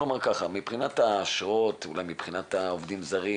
מבחינת האשרות אולי מבחינת עובדים זרים,